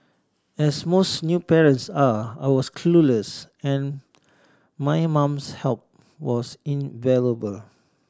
as most new parents are I was clueless and my mum's help was invaluable